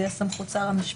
זה יהיה סמכות שר המשפטים,